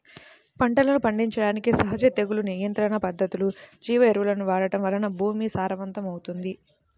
పంటలను పండించడానికి సహజ తెగులు నియంత్రణ పద్ధతులు, జీవ ఎరువులను వాడటం వలన భూమి సారవంతమవుతుంది